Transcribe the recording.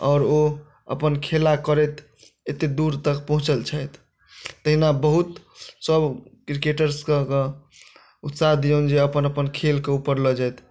आओर ओ अपन खेला करैत एतऽ दूर तक पहुँचल छथि तहिना बहुत सब क्रिकेटर्सके उत्साह दिऔन जे अपन अपन खेलके ऊपर लए जाथि